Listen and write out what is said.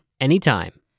anytime